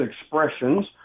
expressions